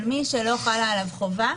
על מי שלא חלה עליו חובה,